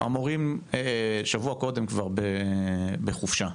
המורים, שבוע קודם כבר בחופשה.